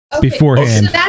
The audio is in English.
beforehand